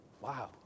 Wow